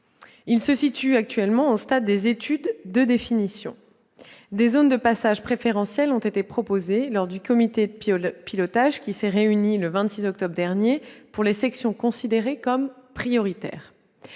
Il en est actuellement au stade des études de définition. Des zones de passage préférentielles ont été proposées lors du comité de pilotage, réuni le 26 octobre dernier, pour les sections considérées comme prioritaires.